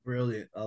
Brilliant